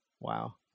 Wow